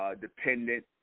dependent